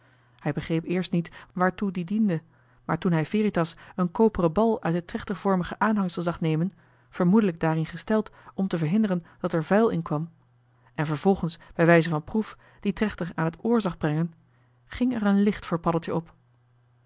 hij begreep eerst niet waartoe die diende maar toen hij veritas een koperen bal uit het trechtervormige aanhangsel zag nemen vermoedelijk daarin gesteld om te verhinderen dat er vuil in kwam en vervolgens bij wijze van proef dien trechter aan het oor zag brengen ging er een licht voor paddeltje op